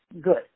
Good